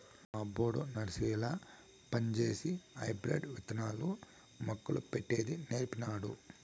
మా యబ్బొడు నర్సరీల పంజేసి హైబ్రిడ్ విత్తనాలు, మొక్కలు పెట్టేది నీర్పినాడు